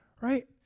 Right